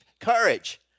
courage